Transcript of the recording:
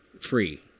free